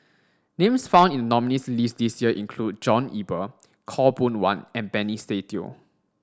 names found in the nominees' list this year include John Eber Khaw Boon Wan and Benny Se Teo